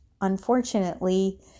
unfortunately